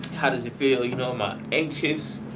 how does it feel, you know am i anxious?